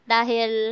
Dahil